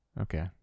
okay